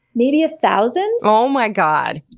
maybe a thousand? oh my god!